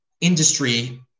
industry